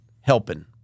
helping